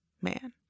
man